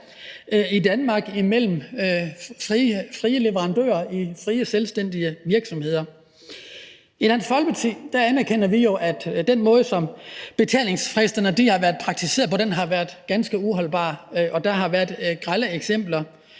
i Danmark mellem frie leverandører i frie selvstændige virksomheder. I Dansk Folkeparti anerkender vi, at den måde, som betalingsfristerne har været praktiseret på, har været ganske uholdbar, og der har været grelle eksempler–